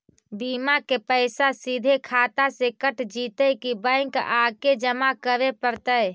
बिमा के पैसा सिधे खाता से कट जितै कि बैंक आके जमा करे पड़तै?